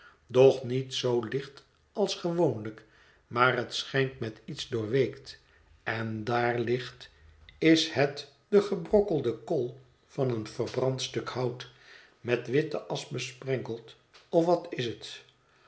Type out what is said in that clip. doch niet zoo licht als gewoonlijk maar het schijnt met iets doorweekt en daar ligt is het de gebrokkelde kool van een verbrand stuk hout met witte asch besprenkeld of wat is het